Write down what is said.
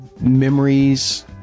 memories